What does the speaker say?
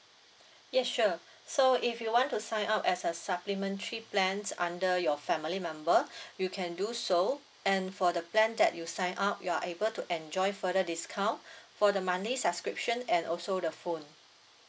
yes sure so if you want to sign up as a supplementary plans under your family member you can do so and for the plan that you sign up you are able to enjoy further discount for the monthly subscription and also the phone